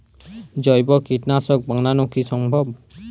জৈব কীটনাশক বানানো কি সম্ভব?